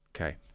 Okay